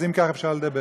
אז אם ככה אפשר לדבר.